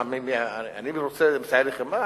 מה, אני רוצה אמצעי לחימה?